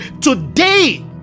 today